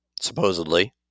supposedly